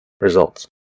results